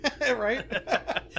Right